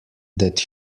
that